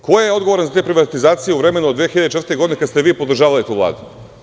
Ko je odgovoran za te privatizacije u vremenu od 2004. godine kada ste vi podržavali tu Vladu?